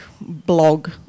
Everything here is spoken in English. blog